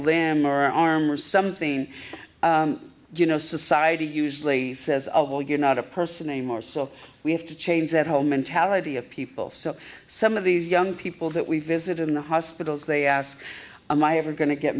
or arm or something you know society usually says of well you're not a person anymore so we have to change that whole mentality of people so some of these young people that we visited in the hospitals they ask i'm i ever going to get